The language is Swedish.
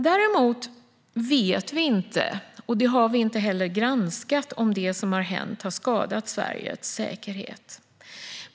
Däremot vet vi inte - det har vi heller inte granskat - om det som har hänt har skadat Sveriges säkerhet.